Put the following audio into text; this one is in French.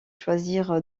choisir